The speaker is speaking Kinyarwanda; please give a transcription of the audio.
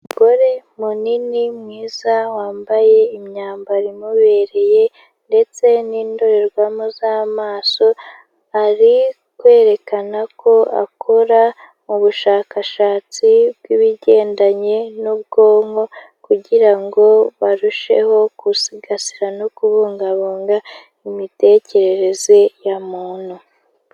Umugore munini mwiza wambaye imyambaro imubereye ndetse ninindorerwamo z'amaso, ari kwerekana ko akora ubushakashatsi bw'ibigendanye n'ubwonko kugira ngo barusheho gusigasira no kubungabunga imitekerereze ya muntu.